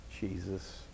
Jesus